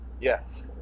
Yes